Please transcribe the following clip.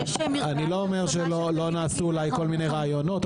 אני לא אומר שלא נעשו אולי כל מיני רעיונות,